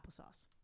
applesauce